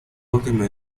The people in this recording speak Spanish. última